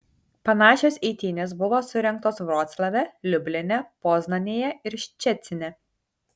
panašios eitynės buvo surengtos vroclave liubline poznanėje ir ščecine